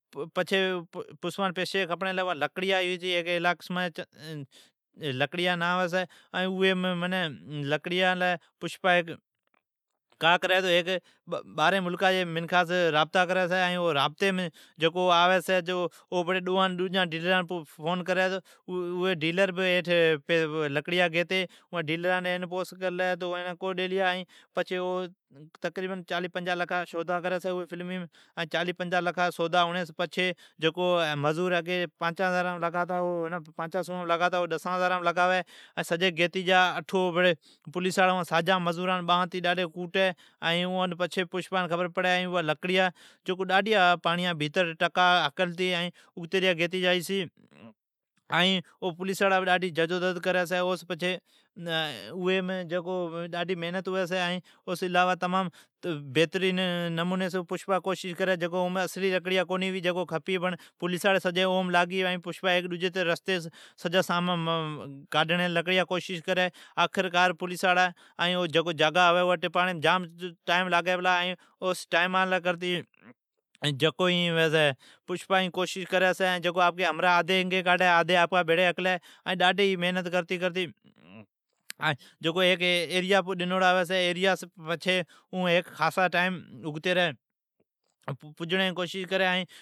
پیسی کھپی چھی۔ ھیکی ایڑی قسمان جیا لکڑیا ھوی چھی، ائین اون کا کری ھیک بارھین ملکا جی منکھاس رابتا کری چھی۔ ائین او ڈو ڈجی ڈیلران فون کری چھی، اوی ڈیلر بھی ایٹھ لکڑیا گیتے۔ ڈیلری این فورس کری چھی، ایڑین اوان لکڑیا کو ڈیلیا۔ این فلمی اون چالیھ پنجاھ لکھا جا سودا کری چھی، سودا کرتی پچھی جکو مزور پانچان سوام لگاتی او ھمین ڈسان ھزارام لگاوی پچھی۔ پولیس اوان سجان مذداران گیتی جا چھی پچھی اوان مزدوران بانتے کوٹی۔ پچھی پسپسن خبر پڑی چھی۔ لکڑیا، ٹکا پاڑیا مئین گیتی جائی چھی۔ او پولیس سا را ڈاڈھی جدوجھد کری چھی۔ اوم اصلی اکریا کونی ھوی جکو کھپی چھی ائین پولیساڑی او لاری لاگی چھی۔ ائین پشپا لکڑیا ڈجی رستیم گیتی جا چھی۔ لکڑیا ٹپاڑی لی جکو اون ھوی چھی پشپا اون جام کوشش کری چھی۔ آپکی آدھی ھمراھ انگی کاڈھی چھی ائین آدھی آپان بھیڑی کاڈھی چھی۔ ائین جکو ایریا ھوی چھی اونکھاسا ٹائیم اگمین کوشش کری چھی۔